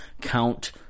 count